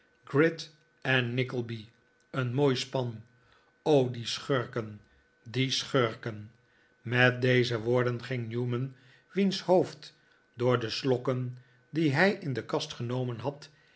gride en nickleby een mooi span o die schurken die schurken die schurken met deze woorden ging newman wiens hoofd door de slokken die hij in de kast genomen had